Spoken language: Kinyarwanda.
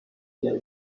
cyane